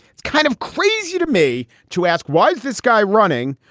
it's kind of crazy to me to ask, why is this guy running?